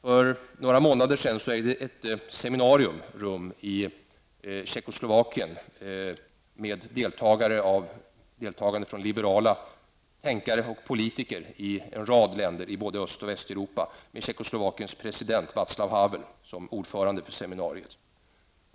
För några månader sedan ägde ett seminarium rum i Tjeckoslovakien då liberala tänkare och politiker från en rad länder i både Öst och Västeuropa deltog med Tjeckoslovakiens president Vaclav Havel som ordförande för seminariet.